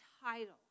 title